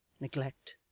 neglect